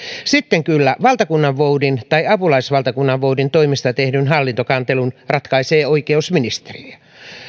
sitten kyllä valtakunnanvoudin tai apulaisvaltakunnanvoudin toimista tehdyn hallintokantelun ratkaisee oikeusministeriö